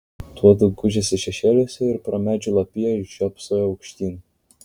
tuodu gūžėsi šešėliuose ir pro medžių lapiją žiopsojo aukštyn